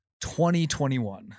2021